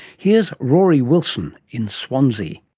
here's rory wilson in swansea.